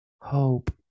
Hope